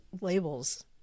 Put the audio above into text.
labels